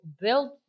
build